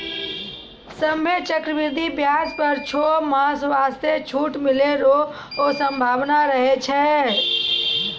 सभ्भे चक्रवृद्धि व्याज पर छौ मास वास्ते छूट मिलै रो सम्भावना रहै छै